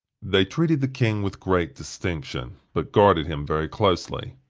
they treated the king with great distinction, but guarded him very closely,